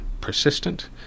persistent